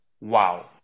wow